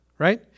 Right